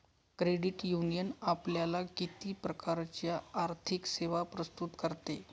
Credit union आपल्याला किती प्रकारच्या आर्थिक सेवा प्रस्तुत करते?